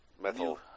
metal